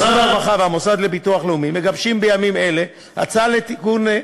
משרד הרווחה והמוסד לביטוח לאומי מגבשים בימים האלה הצעה לתיקון,